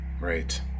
Right